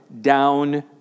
down